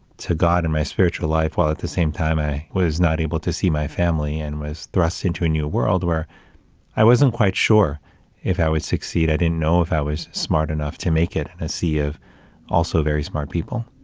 to god and my spiritual life, while at the same time, i was not able to see my family and was thrust into a new world where i wasn't quite sure if i would succeed. i didn't know if i was smart enough to make it in and a sea of also very smart people.